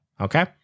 okay